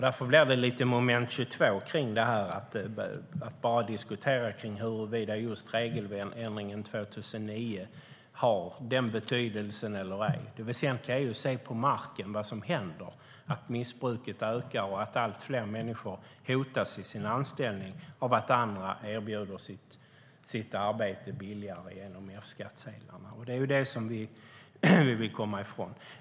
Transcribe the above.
Därför blir det lite av ett moment 22 att bara diskutera huruvida just regeländringen 2009 har den betydelsen eller ej. Det väsentliga är att se vad som händer på marken, att missbruket ökar och att allt fler människors anställning hotas av att andra erbjuder sitt arbete billigare genom F-skattsedlarna. Det är det som vi vill komma ifrån.